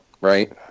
right